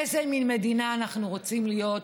איזה מין מדינה אנחנו רוצים להיות,